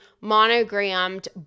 monogrammed